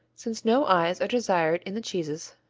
since no eyes are desired in the cheeses,